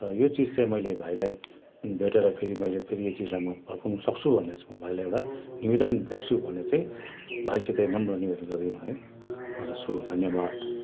र यो चिज चाहिँ मैले भाइलाई भेटेर फेरि मैले फेरि यो चिज फर्काउनु सक्छु भनेर चाहिँ म भाइलाई एउटा निवेदन गर्छु भनेर चाहिँ भाइसित नम्र निवेदन गर्दै मलाई गर्दछु धन्यवाद